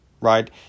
right